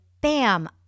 bam